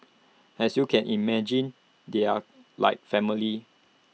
as you can imagine they are like family